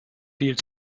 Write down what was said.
viel